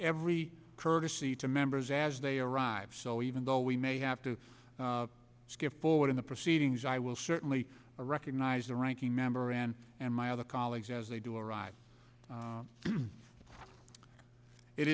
every courtesy to members as they arrive so even though we may have to skip forward in the proceedings i will certainly recognize the ranking member and and my other colleagues as they do arrive